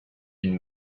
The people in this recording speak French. une